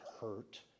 hurt